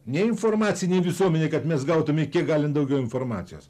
ne informacinė visuomenė kad mes gautume kiek galim daugiau informacijos